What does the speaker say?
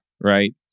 right